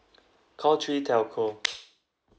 call three telco